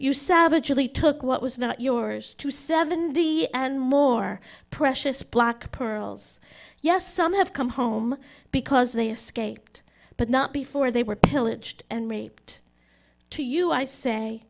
you savagely took what was not yours to seven d and more precious black pearls yes some have come home because they escaped but not before they were pillaged and raped to you i say